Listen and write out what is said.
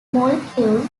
molecule